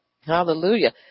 Hallelujah